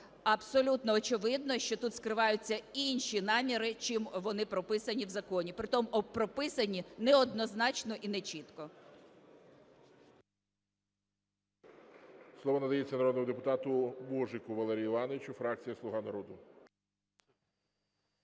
Абсолютно очевидно, що тут скриваються інші наміри, чим вони прописані в законі. Притому прописані неоднозначно і нечітко.